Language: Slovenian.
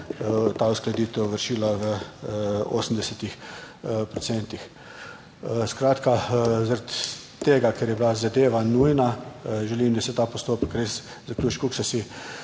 ta uskladitev vršila v 80 procentih. Skratka, zaradi tega, ker je bila zadeva nujna, želim da se ta postopek res zaključi, kako so si